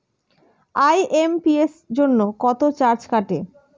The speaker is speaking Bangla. আই.এম.পি.এস জন্য কত চার্জ কাটে?